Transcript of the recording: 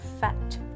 fat